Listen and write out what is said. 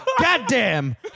Goddamn